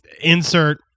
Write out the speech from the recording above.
insert